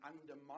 undermine